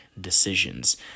decisions